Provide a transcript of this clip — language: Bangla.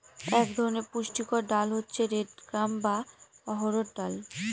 এক ধরনের পুষ্টিকর ডাল হচ্ছে রেড গ্রাম বা অড়হর ডাল